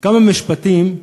כמה משפטים,